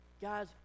Guys